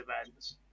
events